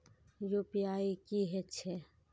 UPI की हेछे?